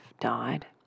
died